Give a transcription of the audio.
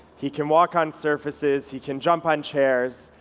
he can walk on surfaces, he can jump on chairs,